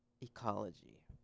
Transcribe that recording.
ecology